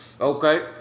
okay